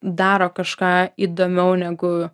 daro kažką įdomiau negu